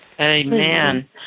Amen